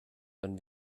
wenn